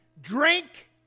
Drink